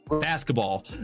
basketball